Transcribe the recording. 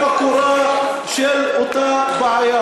מקורה של אותה בעיה.